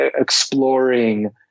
exploring